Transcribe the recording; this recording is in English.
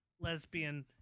lesbian